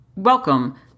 Welcome